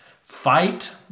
fight